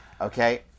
okay